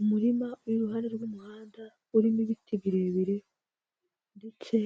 Umurima uri iruhande rw'umuhanda, urimo ibiti birebire ndetse